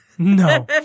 No